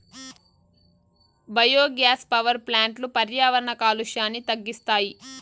biogas power ప్లాంట్లు పర్యావరణ కాలుష్యాన్ని తగ్గిస్తాయి